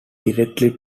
directly